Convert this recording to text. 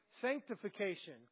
sanctification